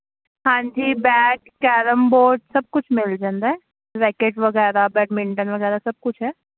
ਹਾਂਜੀ bat carrom board ਸਭ ਕੁਛ ਮਿਲ ਜਾਂਦਾ ਰੈਕਟ ਵਗੈਰਾ ਬੈਡਮਿੰਟਨ ਵਗੈਰਾ ਸਭ ਕੁਛ ਹੈ